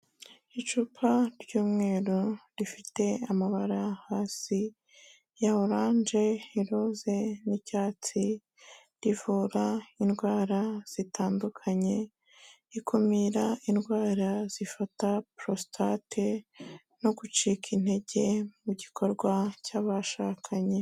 Icupa ry'umweru rifite amabara hasi ya oranje, iroze n'icyatsi, rivura indwara zitandukanye, rikumira indwara zifata porositate no gucika intege mu gikorwa cy'abashakanye.